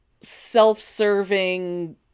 self-serving